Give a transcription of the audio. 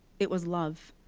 it was love.